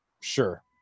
Sure